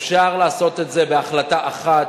אפשר לעשות את זה בהחלטה אחת.